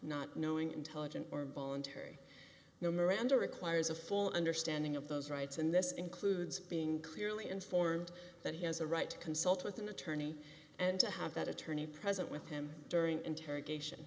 not knowing intelligent or voluntary no miranda requires a full understanding of those rights and this includes being clearly informed that he has a right to consult with an attorney and to have that attorney present with him during interrogation